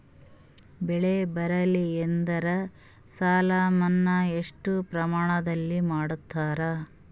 ಬೆಳಿ ಬರಲ್ಲಿ ಎಂದರ ಸಾಲ ಮನ್ನಾ ಎಷ್ಟು ಪ್ರಮಾಣದಲ್ಲಿ ಮಾಡತಾರ?